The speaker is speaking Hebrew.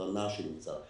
ההקרנה שנמצא שם.